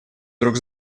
друг